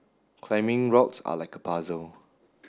climbing routes are like a puzzle